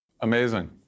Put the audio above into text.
Amazing